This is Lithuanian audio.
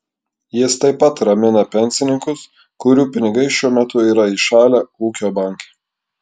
jis taip pat ramina pensininkus kurių pinigai šiuo metu yra įšalę ūkio banke